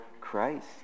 Christ